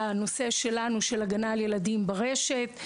לנושא שלנו של הגנה על ילדים ברשת.